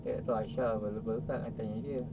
tak tahu aisyah available ke tak kena tanya dia